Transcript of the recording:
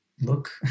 Look